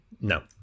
No